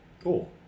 Cool